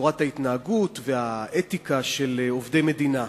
צורת ההתנהגות והאתיקה של עובדי מדינה,